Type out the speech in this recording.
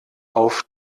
auf